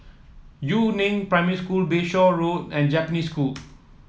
Yu Neng Primary School Bayshore Road and Japanese School